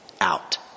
out